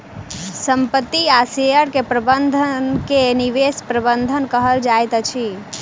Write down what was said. संपत्ति आ शेयर के प्रबंधन के निवेश प्रबंधन कहल जाइत अछि